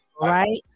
Right